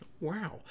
Wow